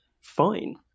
fine